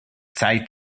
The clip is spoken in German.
zeit